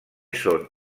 són